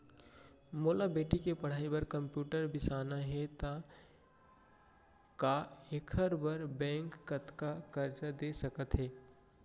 मोला बेटी के पढ़ई बार कम्प्यूटर बिसाना हे त का एखर बर बैंक कतका करजा दे सकत हे?